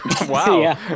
wow